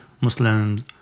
Muslims